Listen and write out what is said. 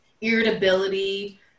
irritability